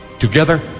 Together